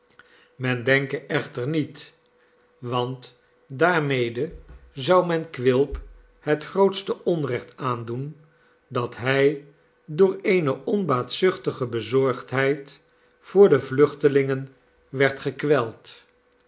men denke echter niet want daarmede zou men quilp het grootste onrecht aandoen dat hij door eene onbaatzuchtige bezorgdheid voor de vluchtelingen werd gekweld